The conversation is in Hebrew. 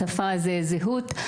השפה היא זהות,